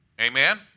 Amen